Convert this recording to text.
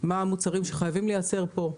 מה המוצרים שחייבים לייצר פה,